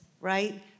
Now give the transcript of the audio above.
right